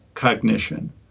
Cognition